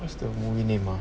what's the movie name ah